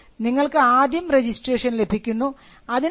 അതായത് നിങ്ങൾക്ക് ആദ്യം രജിസ്ട്രേഷൻ ലഭിക്കുന്നു